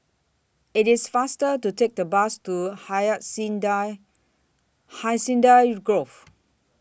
IT IS faster to Take The Bus to Hacienda Hacienda Grove